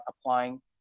applying